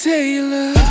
Taylor